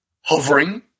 hovering